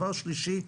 דבר שלישי.